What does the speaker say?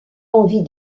envie